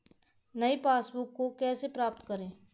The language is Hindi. नई पासबुक को कैसे प्राप्त करें?